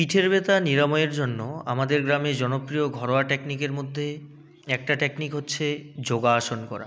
পিঠের ব্যথা নিরাময়ের জন্য আমাদের গ্রামে জনপ্রিয় ঘরোয়া টেকনিকের মধ্যে একটা টেকনিক হচ্ছে যোগাসন করা